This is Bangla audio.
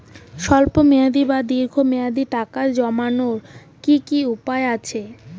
স্বল্প মেয়াদি বা দীর্ঘ মেয়াদি টাকা জমানোর কি কি উপায় আছে?